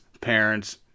parents